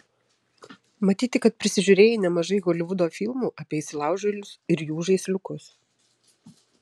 matyti kad prisižiūrėjai nemažai holivudo filmų apie įsilaužėlius ir jų žaisliukus